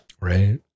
Right